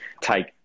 take